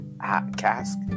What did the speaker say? cask